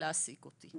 להעסיק אותי.